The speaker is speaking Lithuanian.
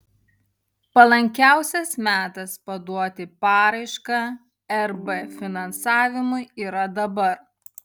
palankiausias metas paduoti paraišką rb finansavimui yra dabar